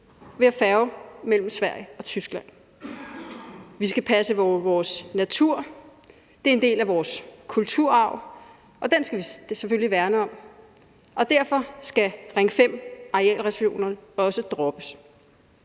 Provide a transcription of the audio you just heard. med færge mellem Sverige og Tyskland. Vi skal passe på vores natur. Det er en del af vores kulturarv, og den skal vi selvfølgelig værne om. Og derfor skal Ring 5-arealreservationerne også droppes.